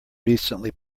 recently